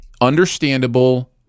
understandable